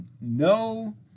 no